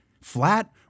flat